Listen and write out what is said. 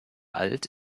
alt